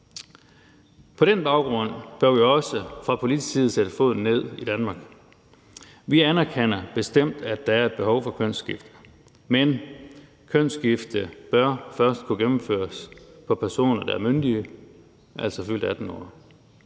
På den baggrund bør vi også fra politisk side sætte foden ned i Danmark. Vi anerkender bestemt, at der er et behov for kønsskifte, men et kønsskifte bør først kunne gennemføres på personer, der er myndige, altså fyldt 18 år.